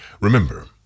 Remember